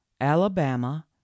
alabama